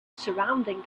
surrounding